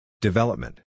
Development